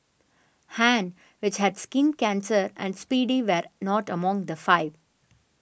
Han which had skin cancer and Speedy were not among the five